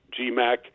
GMAC